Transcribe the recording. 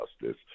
justice